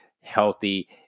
healthy